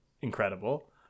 incredible